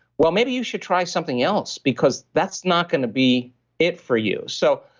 well, maybe you should try something else because that's not going to be it for you. so,